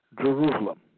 Jerusalem